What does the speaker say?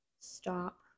stop